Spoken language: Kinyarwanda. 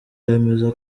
yemeza